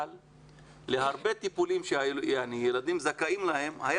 להרבה טיפולים שהילדים זכאים להם היה